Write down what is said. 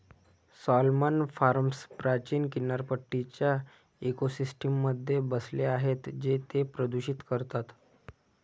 salmon farms प्राचीन किनारपट्टीच्या इकोसिस्टममध्ये बसले आहेत जे ते प्रदूषित करतात